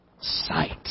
sight